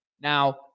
Now